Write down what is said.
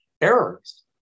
errors